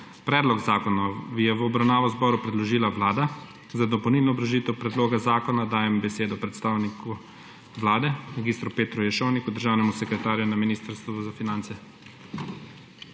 Predlog zakona je v obravnavo zboru predložila Vlada. Za dopolnilno obrazložitev predloga zakona dajem besedo predstavniku Vlade mag. Petru Ješovniku, državnemu sekretarju na Ministrstvu za finance.